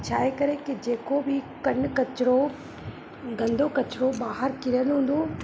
छाजे करे की जेको बि किन कचिरो गंदो कचिरो ॿाहिरि किरियलु हूंदो